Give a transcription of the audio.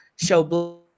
show